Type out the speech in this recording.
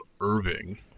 Irving